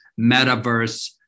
metaverse